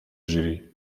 jury